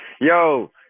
Yo